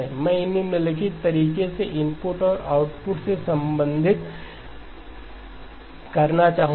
मैं निम्नलिखित तरीके से इनपुट और आउटपुट से संबंधित करना चाहूंगा